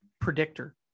predictor